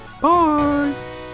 Bye